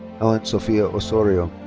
helen sofia osorio.